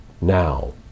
now